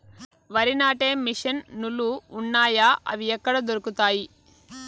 వరి నాటే మిషన్ ను లు వున్నాయా? అవి ఎక్కడ దొరుకుతాయి?